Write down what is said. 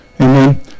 Amen